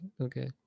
Okay